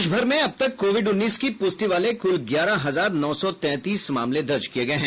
देशभर में अब तक कोविड़ उन्नीस की पुष्टि वाले कुल ग्यारह हजार नौ सौ तैंतीस मामले दर्ज किए गए हैं